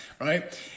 right